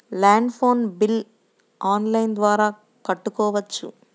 Land phone bill online ద్వారా కట్టుకోవచ్చు?